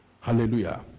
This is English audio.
Hallelujah